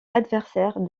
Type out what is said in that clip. adversaires